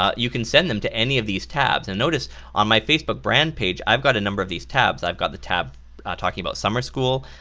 ah you can send them to any of these tabs, and notice on my facebook brand page, i've got a number of these tabs, i've got the tab talking about summer school,